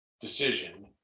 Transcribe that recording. decision